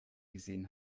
gesehen